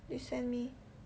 they send me